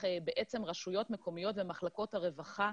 בעצם רשויות מקומיות ומחלקות הרווחה,